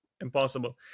Impossible